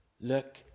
look